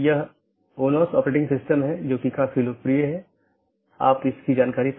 तो यह network layer reachability की जानकारी है